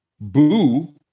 boo